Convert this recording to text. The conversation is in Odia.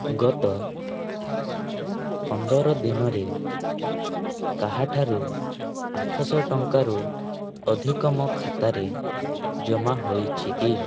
ଗତ ପନ୍ଦର ଦିନରେ କାହାଠାରୁ ଆଠ ଶହ ଟଙ୍କାରୁ ଅଧିକ ମୋ ଖାତାରେ ଜମା ହୋଇଛି କି